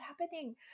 happening